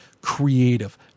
creative